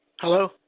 Hello